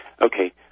Okay